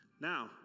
Now